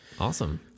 awesome